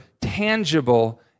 tangible